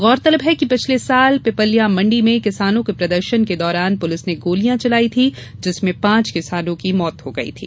गौरतलब है कि पिछले वर्ष पिपल्या मंडी में किसानों के प्रदर्शन के दौरान पुलिस ने गोलियां चलाई थी जिसमें पांच किसानों की मौत हो गई थी